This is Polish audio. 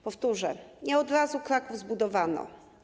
Powtórzę: nie od razu Kraków zbudowano.